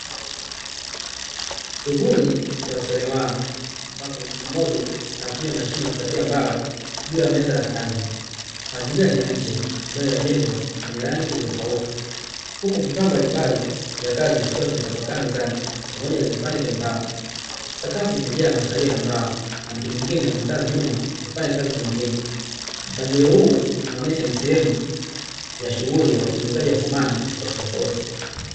Shughuli ya useremala ambapo mtu mmoja anatumia mashine ya kukatia mbao juu ya meza ya kazi. Mazingira ni ya nje mbele ya jengo lenye rangi iliyopauka huku vifaa mbalimbali vya kazi vikiwa vimetapakaa mezani pamoja na vipande vya mbao, sakafu imejaa masalia ya mbao mtu mwingine anaonekana nyuma akifanya kazi ngingine. Mpangilio huu unaonyesha ni sehemu ya shughuli ya utengenezaji wa samani tofautitofauti.